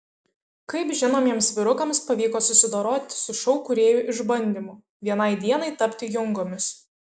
kaip žinomiems vyrukams pavyko susidoroti su šou kūrėjų išbandymu vienai dienai tapti jungomis